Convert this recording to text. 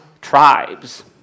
tribes